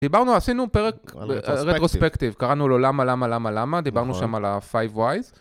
דיברנו, עשינו פרק retrospective , קראנו לו למה, למה, למה, למה, דיברנו שם על ה-five Whys.